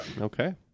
Okay